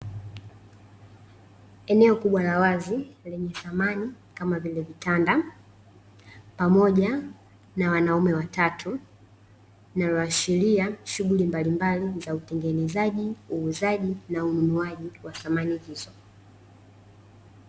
Eneo kubwa la wazi, lenye samani kama vile vitanda, pamoja na wanaume watatu, inaloashiria shughuli mbalimbali za utengenezaji, uuzaji na ununuaji wa samani hizo